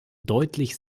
deutlich